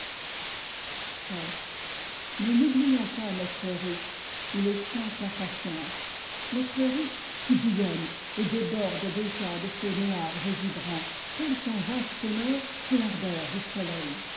xiii mais n'oublions pas notre ruche où l'essaim perd patience notre ruche qui bouillonne et déborde déjà de flots noirs et vibrants tels qu'un vase sonore sous l'ardeur du soleil